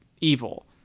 evil